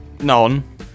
none